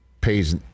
pays